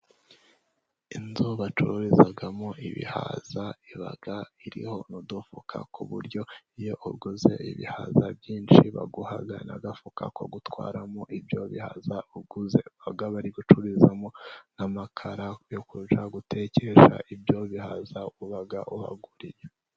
Inzu bacururizamo ibihaza, iba iriho n'udufuka ku buryo iyo uguze ibihaza byinshi, baguha n'agafuka ko gutwaramo ibyo bihaza uguze, baba bari gucururizamo n'amakara yo kujya gutekesha ibyo bihaza uba uhaguriye.